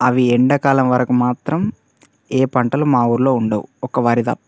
అవి ఎండాకాలం వరకు మాత్రం ఏ పంటలు మా ఊళ్ళో ఉండవు ఒక్క వరి తప్ప